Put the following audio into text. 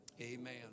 Amen